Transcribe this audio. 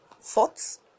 thoughts